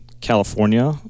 California